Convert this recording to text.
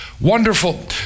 wonderful